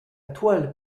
toile